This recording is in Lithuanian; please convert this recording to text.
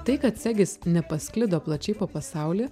tai kad segis nepasklido plačiai po pasaulį